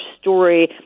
story